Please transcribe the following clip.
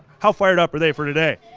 how fired up are they for today?